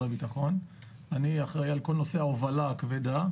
הביטחון ואני אחראי על כל נושא ההובלה הכבדה.